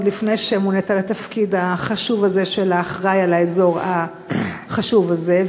לפני שמונית לתפקיד החשוב הזה של האחראי לאזור החשוב הזה,